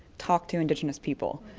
talk to indigenous people.